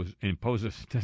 imposes